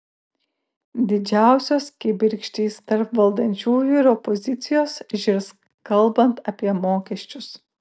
didžiausios kibirkštys tarp valdančiųjų ir opozicijos žirs kalbant apie mokesčius